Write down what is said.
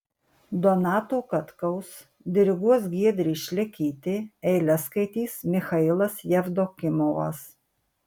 donato katkaus diriguos giedrė šlekytė eiles skaitys michailas jevdokimovas